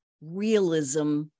realism